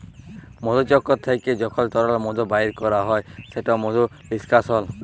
মধুচক্কর থ্যাইকে যখল তরল মধু বাইর ক্যরা হ্যয় সেট মধু লিস্কাশল